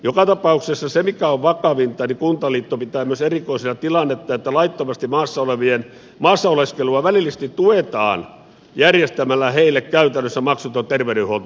joka tapauksessa se mikä on vakavinta on että kuntaliitto pitää myös erikoisena tilannetta että laittomasti maassa olevien maassa oleskelua välillisesti tuetaan järjestämällä heille käytännössä maksuton terveydenhuolto